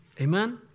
Amen